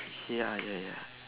ya ya ya